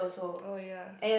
oh ya